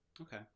Okay